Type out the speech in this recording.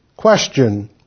Question